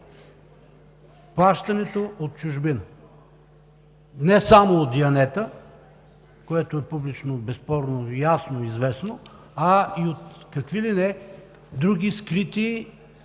плащането от чужбина, не само от Дианета, което е публично, безспорно, ясно и известно, а и от какви ли не други скрити